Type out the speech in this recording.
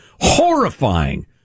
Horrifying